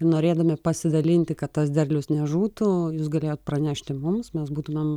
norėdami pasidalinti kad tas derliaus nežūtų jūs galėjot pranešti mums mes būtumėm